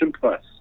Plus